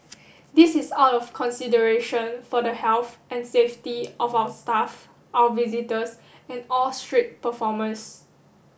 this is out of consideration for the health and safety of our staff our visitors and all street performers